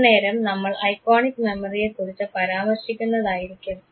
അന്നേരം നമ്മൾ ഐകോണിക്ക് മെമ്മറിയെക്കുറിച്ച് പരാമർശിക്കുന്നതായിരിക്കും